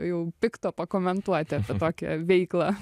jau pikto pakomentuoti tokią veiklą